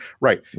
Right